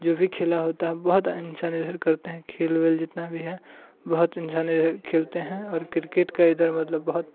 जो भी खेल होता है बहुत करते हैं खेल वेल जितना भी है बहुत इंसान इधर खेलते हैं और किर्केट का इधर मतलब बहुत